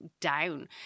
down